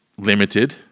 limited